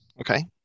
Okay